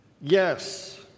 Yes